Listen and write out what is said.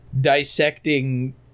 dissecting